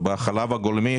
בחלב הגולמי,